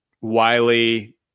Wiley